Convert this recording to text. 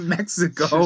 Mexico